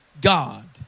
God